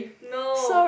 no